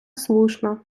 слушна